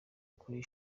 kuri